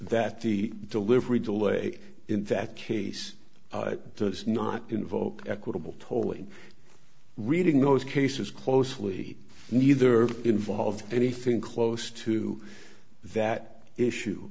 that the delivery delay in that case does not involve equitable tolling reading those cases closely neither involve anything close to that issue